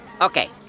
Okay